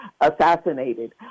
assassinated